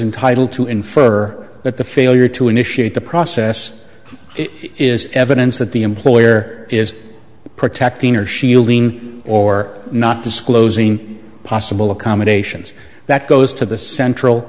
entitle to infer that the failure to initiate the process is evidence that the employer is protecting or shielding or not disclosing possible accommodations that goes to the